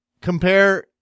compare